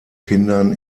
kindern